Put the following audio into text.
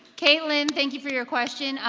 caitlin, thank you for your question, ah